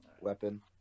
Weapon